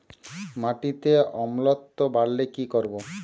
মাটিতে অম্লত্ব বাড়লে কি করব?